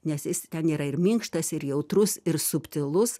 nes jis ten yra ir minkštas ir jautrus ir subtilus